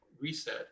reset